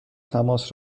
تماس